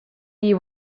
you